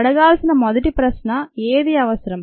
అడగాల్సిన మొదటి ప్రశ్న ఏది అవసరం